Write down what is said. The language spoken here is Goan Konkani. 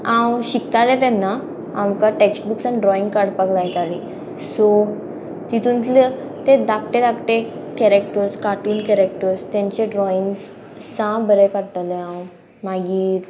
हांव शिकतालें तेन्ना आमकां टॅक्स्ट बुक्सान ड्रॉइंग काडपाक लायताली सो तितूंतले ते धाकटे धाकटे कॅरेक्टर्स कार्टून कॅरेक्टर्स तेंचे ड्रॉइंगस सा बरें काडटले हांव मागीर